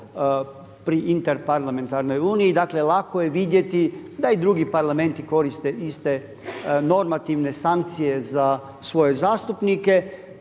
pri Interparlamentarnoj uniji. Dakle, lako je vidjeti da i drugi parlamenti koriste iste normativne sankcije za svoje zastupnike.